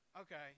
Okay